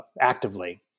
actively